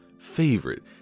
favorite